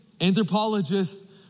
Anthropologists